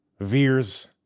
Veers